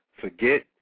forget